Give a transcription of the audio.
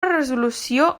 resolució